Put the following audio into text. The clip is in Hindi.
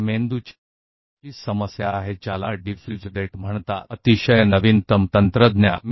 यह मस्तिष्क के साथ परेशानी है इन्हें फैला हुआ कहा जाता है यह बहुत ही नवीनतम तकनीक है